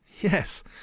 Yes